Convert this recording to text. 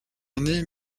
aîné